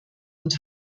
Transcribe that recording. und